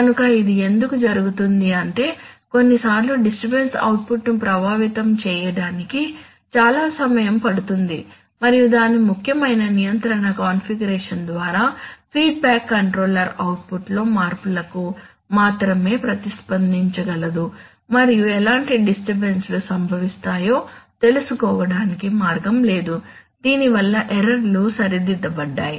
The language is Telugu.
కనుక ఇది ఎందుకు జరుగుతుంది అంటే కొన్నిసార్లు డిస్టర్బన్స్ అవుట్పుట్ను ప్రభావితం చేయడానికి చాలా సమయం పడుతుంది మరియు దాని ముఖ్యమైన నియంత్రణ కాన్ఫిగరేషన్ ద్వారా ఫీడ్బ్యాక్ కంట్రోలర్ అవుట్పుట్లో మార్పులకు మాత్రమే ప్రతిస్పందించగలదు మరియు ఎలాంటి డిస్టర్బన్స్ లు సంభవిస్తాయో తెలుసుకోవడానికి మార్గం లేదు దీనివల్ల ఎర్రర్ లు సరిదిద్దబడాలి